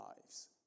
lives